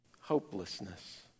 hopelessness